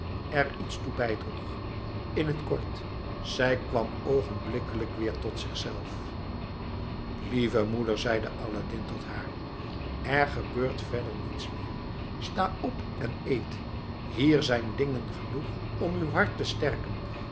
er iets toe bijdroeg in t kort zij kwam oogenblikkelijk weer tot zichzelf lieve moeder zeide aladdin tot haar er gebeurt verder niets meer sta op en eet hier zijn dingen genoeg om uw hart te sterken